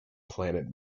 planet